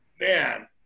man